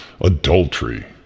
adultery